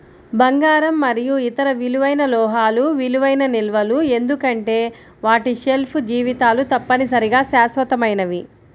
బంగారం మరియు ఇతర విలువైన లోహాలు విలువైన నిల్వలు ఎందుకంటే వాటి షెల్ఫ్ జీవితాలు తప్పనిసరిగా శాశ్వతమైనవి